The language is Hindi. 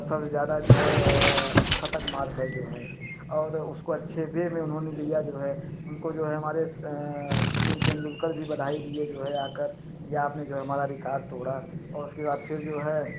सबसे ज़्यादा जो है शतक मारकर जो है और उसको अच्छे वे में उन्होंने लिया जो है उनको जो है हमारे सचिन तेंडुलकर भी बधाई दिए जो है आकर ये आपने जो है हमारा रिकॅार्ड तोड़ा और उसके बाद फिर जो है